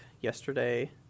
yesterday